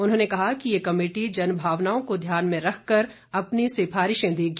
उन्होंने कहा कि ये कमेटी जनभावनाओं को ध्यान में रखकर अपनी सिफारिशें देगी